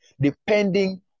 depending